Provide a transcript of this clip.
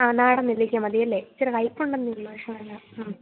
ആ നാടന് നെല്ലിക്ക മതിയല്ലേ ഇച്ചിരി കയ്പ്പ് ഉണ്ട് എന്നേ ഉള്ളു പക്ഷെ നല്ലതാണ് ഉം